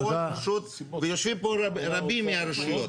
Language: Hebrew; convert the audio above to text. כל רשות, ויושבים פה רבים מהרשויות.